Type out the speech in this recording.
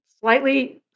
slightly